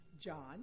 John